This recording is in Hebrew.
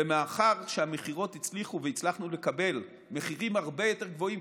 ומאחר שהמכירות הצליחו והצלחנו לקבל מחירים הרבה יותר גבוהים,